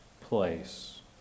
place